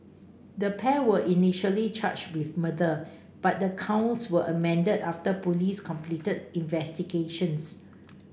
the pair were initially charged with murder but the counts were amended after police completed investigations